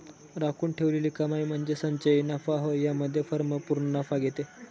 राखून ठेवलेली कमाई म्हणजे संचयी नफा होय यामध्ये फर्म पूर्ण नफा घेते